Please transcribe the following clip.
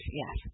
yes